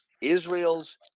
Israel's